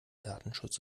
datenschutz